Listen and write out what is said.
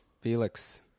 Felix